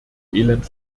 elend